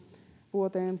vuoteen